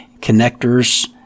connectors